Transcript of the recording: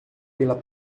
pela